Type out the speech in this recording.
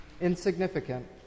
insignificant